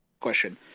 question